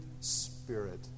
spirit